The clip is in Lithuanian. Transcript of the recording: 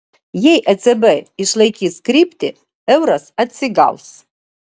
jei ecb išlaikys kryptį euras atsigaus